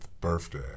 birthday